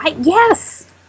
Yes